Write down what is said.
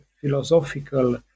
philosophical